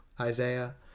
Isaiah